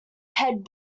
head